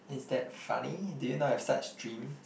is that funny do you not have such dream